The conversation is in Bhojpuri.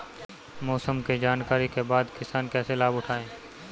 मौसम के जानकरी के बाद किसान कैसे लाभ उठाएं?